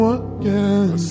again